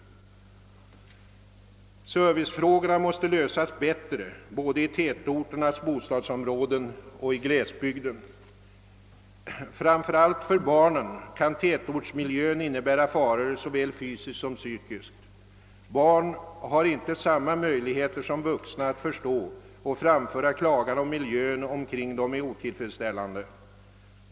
Servicefrågorna måste lösas bättre både i tätorternas bostadsområden och i glesbygden. Framför allt för barnen kan tätortsmiljön innebära faror såväl fysiskt som psykiskt. Barn har inte samma möjligheter som vuxna att förstå och framföra klagan, om miljön omkring dem är otillfredsställande.